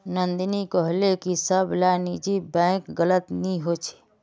नंदिनी कोहले की सब ला निजी बैंक गलत नि होछे